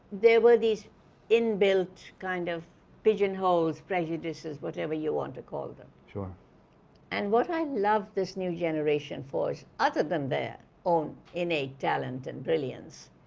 there were these inbuilt kind of pigeonholes, prejudices, whatever you want to call them um and what i love this new generation for, other than their own innate talent and brilliance,